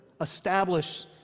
Establish